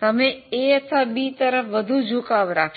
તમે એ અથવા બી તરફ વધુ ઝુકાવ રાખશો